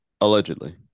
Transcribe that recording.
Allegedly